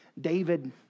David